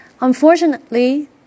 Unfortunately